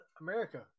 america